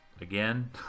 again